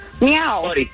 Meow